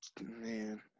Man